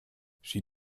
she